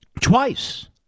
twice